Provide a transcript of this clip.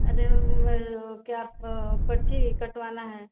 अरे वो क्या पर्ची कटवाना है